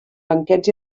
banquets